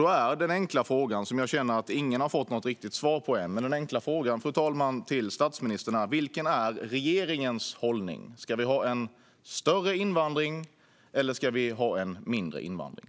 Den enkla frågan till statsministern, som jag känner att ingen har fått något riktigt svar på än, är: Vilken är regeringens hållning? Ska vi ha en större invandring, eller ska vi ha en mindre invandring?